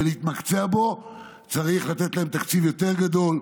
ולהתמקצע בו צריך לתת להם תקציב יותר גדול.